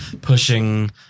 pushing